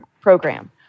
program